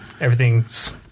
everything's